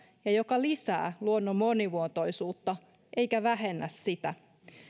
ja joka lisää luonnon monimuotoisuutta eikä vähennä sitä